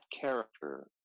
character